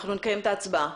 אנחנו נקיים הצבעה.